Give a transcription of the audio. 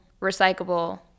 recyclable